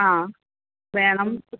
ആ വേണം